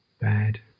bad